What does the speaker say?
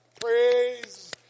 Praise